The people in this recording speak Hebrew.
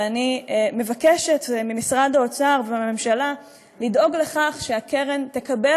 ואני מבקשת ממשרד האוצר ומהממשלה לדאוג לכך שהקרן תקבל